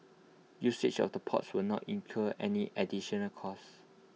usage of the ports will not incur any additional cost